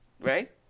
right